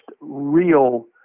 real